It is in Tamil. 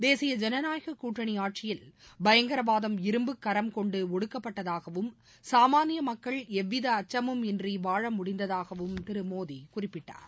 தேசிய ஜனநாயக கூட்டணி ஆட்சியில் பயங்கரவாதம் இரும்புகரம் கொண்டு ஒடுக்கபட்டதாகவும் சாமானிய மக்கள் எவ்வித அச்சமுமின்றி வாழ முடிந்ததகாவும் திரு மோடி குறிப்பிட்டார்